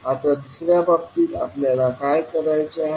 आता दुसऱ्या बाबतीत आपल्याला काय करायचे आहे